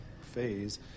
phase